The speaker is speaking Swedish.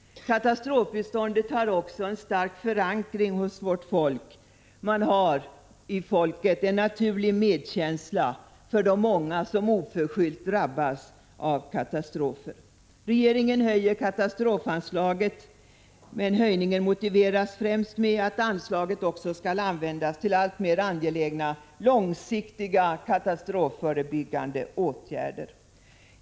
Katastrofbiståndet har också en stark förankring hos vårt folk — man har en naturlig medkänsla för de många som oförskyllt drabbas av katastrofer. Regeringen höjer katastrofanslaget, men höjningen motiveras främst med att anslaget också skall användas till alltmer angelägna långsiktiga katastrofförebyggande åtgärder.